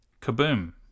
Kaboom